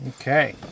Okay